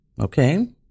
okay